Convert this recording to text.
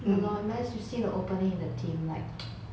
ya lor unless you see an opening in the team like